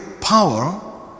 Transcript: power